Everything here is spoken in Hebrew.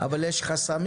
אבל יש חסמים,